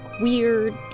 weird